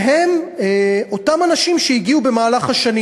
והם אותם אנשים שהגיעו במהלך השנים,